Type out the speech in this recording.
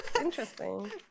interesting